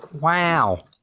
Wow